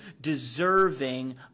deserving